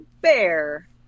Bear